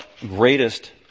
greatest